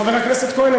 חבר הכנסת כהן,